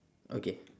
okay